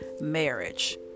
Marriage